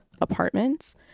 apartments